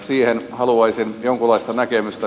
siihen haluaisin jonkunlaista näkemystä